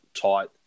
tight –